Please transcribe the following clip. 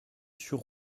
sur